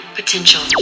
potential